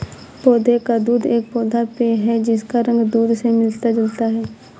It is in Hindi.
पौधे का दूध एक पौधा पेय है जिसका रंग दूध से मिलता जुलता है